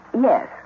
yes